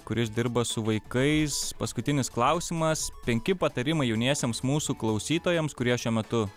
kuris dirba su vaikais paskutinis klausimas penki patarimai jauniesiems mūsų klausytojams kurie šiuo metu